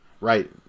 right